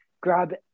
grab